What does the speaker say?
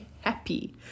happy